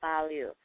value